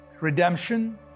redemption